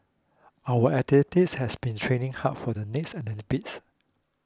our athletes have been training hard for the next Olympics